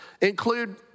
Include